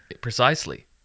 precisely